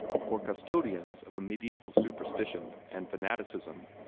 for custodians of a mediaeval superstition and fanaticism,